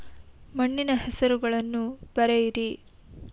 ಮಣ್ಣಿನ ಹೆಸರುಗಳನ್ನು ಬರೆಯಿರಿ